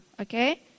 okay